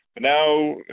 now